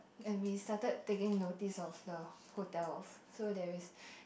and we started taking notice of the hotels so there is